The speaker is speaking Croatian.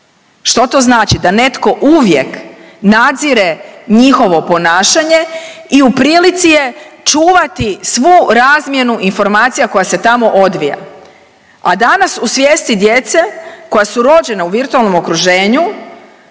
Što to znači? Da netko uvijek nadzire njihovo ponašanje i u prilici je čuvati svu razmjenu informacija koja se tamo odvija. A danas u svijesti djece koja su rođena u virtualnom okruženju